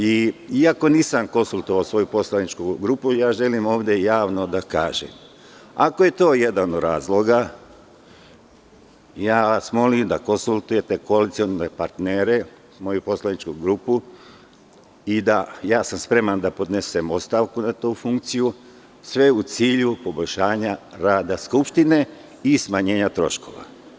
Iako nisam konsultovao svoju poslaničku grupu, želim ovde javno da kažem da ako je to jedan od razloga, molim vas da konsultujete koalicione partnere, moju poslaničku grupu i ja sam spreman da podnesem ostavku na tu funkciju, a sve u cilju poboljšanja rada Skupštine i smanjenja troškova.